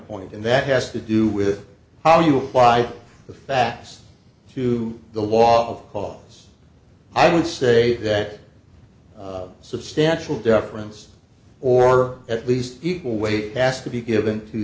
point and that has to do with how you apply the facts to the law of cause i would say that substantial deference or at least equal weight has to be given to